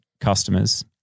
customers